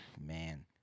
Man